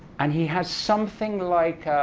and he has something like